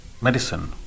medicine